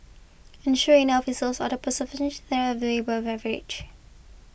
and sure enough his also are the above average